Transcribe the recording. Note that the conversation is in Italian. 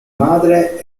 madre